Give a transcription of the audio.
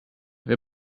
wir